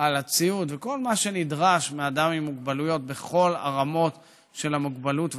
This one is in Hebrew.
על הציוד וכל מה שנדרש מאדם עם מוגבלויות בכל הרמות של המוגבלות והנכות.